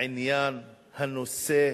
העניין, הנושא,